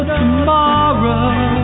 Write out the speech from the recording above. tomorrow